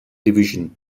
division